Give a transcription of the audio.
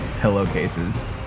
pillowcases